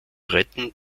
retten